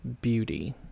beauty